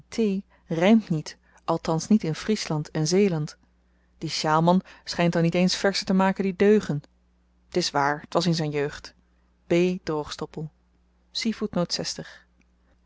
rijmt niet althans niet in friesland en zeeland die sjaalman schijnt dan niet eens verzen te maken die deugen t is waar t was in zijn jeugd b droogstoppel